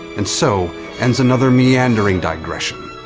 and so ends another meandering digression.